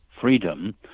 freedom